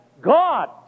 God